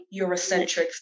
Eurocentric